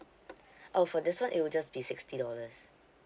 oh for this one it will just be sixty dollars